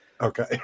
Okay